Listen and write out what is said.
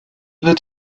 wird